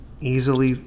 easily